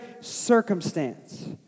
circumstance